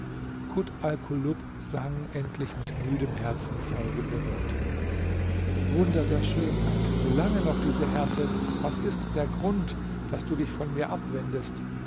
sang endlich mit müdem herzen folgende worte wunder der schönheit wie lange noch diese härte was ist der grund daß du dich von mir abwendest